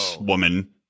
Woman